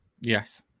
Yes